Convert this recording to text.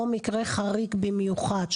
או מקרה חריג במיוחד,